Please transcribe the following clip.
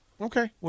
Okay